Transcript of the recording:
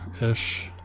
ish